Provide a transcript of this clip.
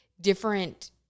different